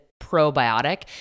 Probiotic